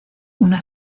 una